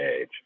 age